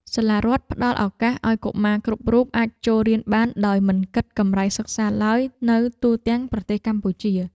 សាលារដ្ឋផ្តល់ឱកាសឱ្យកុមារគ្រប់រូបអាចចូលរៀនបានដោយមិនគិតកម្រៃសិក្សាឡើយនៅទូទាំងប្រទេសកម្ពុជា។